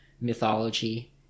mythology